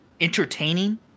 entertaining